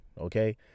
Okay